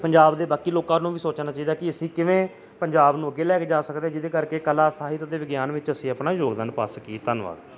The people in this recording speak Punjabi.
ਪੰਜਾਬ ਦੇ ਬਾਕੀ ਲੋਕਾਂ ਨੂੰ ਵੀ ਸੋਚਣਾ ਚਾਹੀਦਾ ਕਿ ਅਸੀਂ ਕਿਵੇਂ ਪੰਜਾਬ ਨੂੰ ਅੱਗੇ ਲੈ ਕੇ ਜਾ ਸਕਦੇ ਜਿਹਦੇ ਕਰਕੇ ਕਲਾ ਸਾਹਿਤ ਅਤੇ ਵਿਗਿਆਨ ਵਿੱਚ ਅਸੀਂ ਆਪਣਾ ਯੋਗਦਾਨ ਪਾ ਸਕੀਏ ਧੰਨਵਾਦ